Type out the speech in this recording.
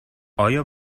آیا